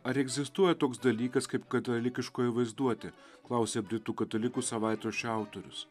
ar egzistuoja toks dalykas kaip katalikiškoji vaizduotė klausia britų katalikų savaitraščio autorius